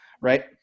right